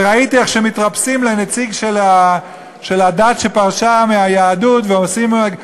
וראיתי איך מתרפסים מול נציג הדת שפרשה מהיהדות ועושים הוד קדושתו,